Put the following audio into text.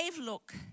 look